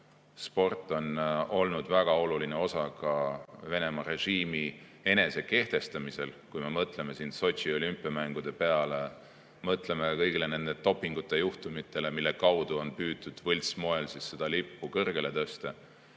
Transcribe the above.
see on olnud väga oluline osa Venemaa režiimi enesekehtestamisel, kui me mõtleme kas või Sotši olümpiamängude peale või kõigile nendele dopingujuhtumitele, mille kaudu on püütud võltsmoel seda lippu kõrgele tõsta.